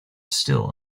still